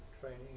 training